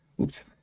Oops